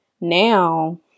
Now